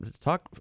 Talk